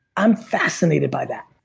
i'm fascinated by that.